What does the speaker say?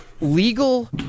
Legal